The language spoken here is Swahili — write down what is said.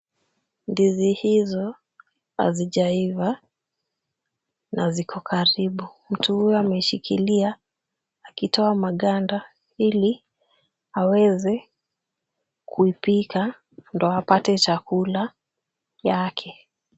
Ndizi hizo hazijaiva na ziko karibu. Mtu huyo ameshikilia akitoa maganda ili aweze kuipika ndio apate chakula yake.